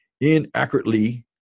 inaccurately